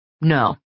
No